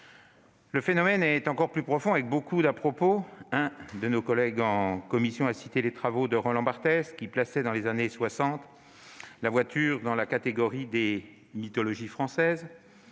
Le phénomène est encore plus profond. Avec beaucoup d'à-propos, un de nos collègues en commission a cité les travaux de Roland Barthes, qui dans les années 1960 plaçait la voiture dans la catégorie des mythologies françaises